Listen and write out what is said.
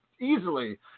Easily